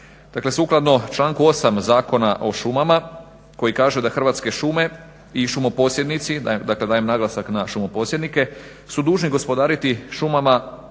Dakle, sukladno članku 8. Zakona o šumama koji kaže da Hrvatske šume i šumoposjednici dakle, dajem naglasak na šumoposjednike su dužni gospodariti šumama